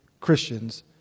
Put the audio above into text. Christians—